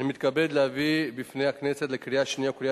אני מתכבד להביא בפני הכנסת לקריאה השנייה ולקריאה